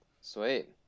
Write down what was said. Sweet